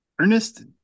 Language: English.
Ernest